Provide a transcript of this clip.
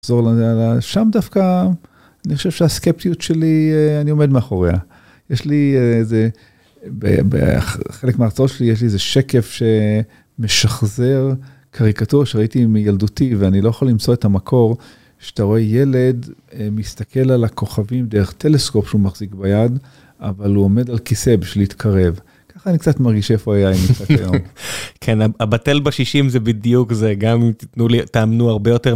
שם דווקא, אני חושב שהסקפטיות שלי, אני עומד מאחוריה. יש לי איזה, חלק מההרצאות שלי, יש לי איזה שקף שמשחזר, קריקטורה שראיתי מילדותי, ואני לא יכול למצוא את המקור, שאתה רואה ילד מסתכל על הכוכבים דרך טלסקופ שהוא מחזיק ביד, אבל הוא עומד על כיסא בשביל להתקרב. ככה אני קצת מרגיש איפה היה עמיתה כיום. כן, הבטל ב-60 זה בדיוק זה, גם אם תתנו לי, תאמנו הרבה יותר.